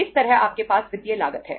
इसी तरह आपके पास वित्तीय लागत है